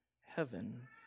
heaven